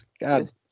God